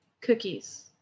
Cookies